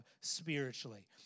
spiritually